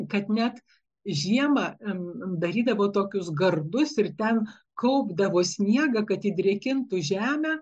kad net žiemą darydavo tokius gardus ir ten kaupdavo sniegą kad įdrėkintų žemę